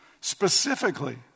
specifically